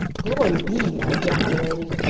glory be! i ejaculated.